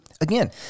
again